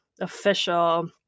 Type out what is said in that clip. official